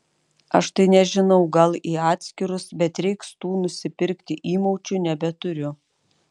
aš tai nežinau gal į atskirus bet reiks tų nusipirkti įmaučių nebeturiu